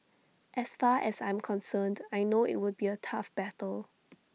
as far as I'm concerned I know IT will be A tough battle